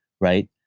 right